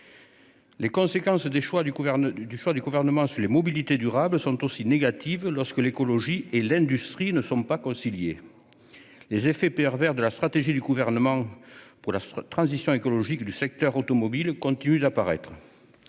Les conséquences des choix du Gouvernement sur les mobilités durables sont aussi négatives quand écologie et industrie ne sont pas conciliées. Les effets pervers de la stratégie gouvernementale en matière de transition écologique du secteur automobile continuent d'apparaître.